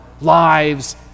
lives